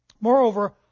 Moreover